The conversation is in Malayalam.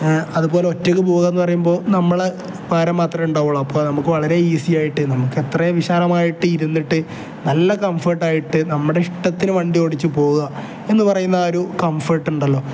അതുപോലെ ഒറ്റക്ക് പോകാമെന്ന് പറയുമ്പോൾ നമ്മൾ മാത്രമേ ഉണ്ടാകുള്ളു അപ്പോൾ നമുക്ക് വളരെ ഈസി ആയിട്ട് നമുക്ക് അത്രയും വിശാലമായിട്ട് ഇരുന്നിട്ട് നല്ല കംഫർട്ട് ആയിട്ട് നമ്മുടെ ഇഷ്ടത്തിന് വണ്ടി ഓടിച്ച് പോകുക എന്ന് പറയുന്ന ആ ഒരു കംഫർട് ഉണ്ടല്ലോ